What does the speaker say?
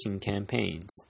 campaigns